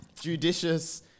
Judicious